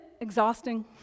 exhausting